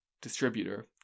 distributor